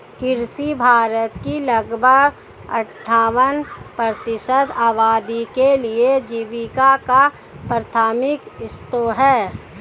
कृषि भारत की लगभग अट्ठावन प्रतिशत आबादी के लिए आजीविका का प्राथमिक स्रोत है